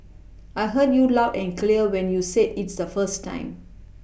I heard you loud and clear when you said its the first time